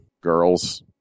girls